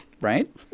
Right